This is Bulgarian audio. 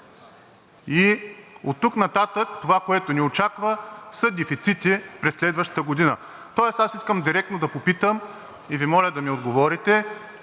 и оттук нататък това, което ни очаква, са дефицити през следващата година. Тоест аз искам директно да попитам и Ви моля да ми отговорите: